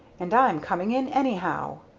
and i'm coming in anyhow.